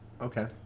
Okay